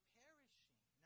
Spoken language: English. perishing